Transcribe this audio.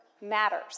matters